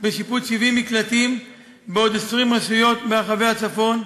בשיפוץ 70 מקלטים בעוד 20 רשויות ברחבי הצפון,